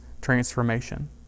transformation